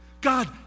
God